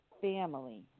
family